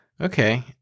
Okay